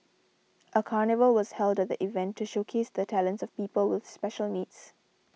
a carnival was held at the event to showcase the talents of people with special needs